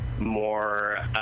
More